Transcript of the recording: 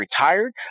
retired